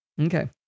Okay